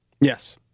Yes